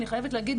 אני חייבת להגיד,